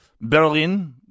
Berlin